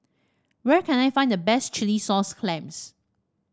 where can I find the best Chilli Sauce Clams